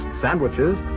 sandwiches